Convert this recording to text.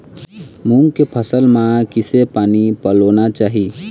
मूंग के फसल म किसे पानी पलोना चाही?